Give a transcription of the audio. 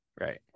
Right